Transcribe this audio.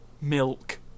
milk